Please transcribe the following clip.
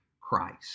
Christ